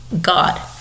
God